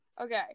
Okay